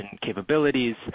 capabilities